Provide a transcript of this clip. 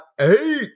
Eight